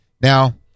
now